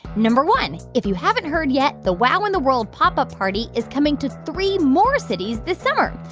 number one if you haven't heard yet, the wow in the world pop up party is coming to three more cities this summer.